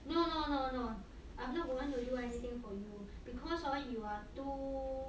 no no no no I'm not going to do anything for you because hor you are too